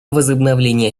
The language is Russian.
возобновление